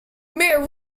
mayor